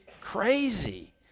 crazy